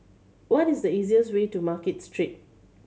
what is the easiest way to Market Street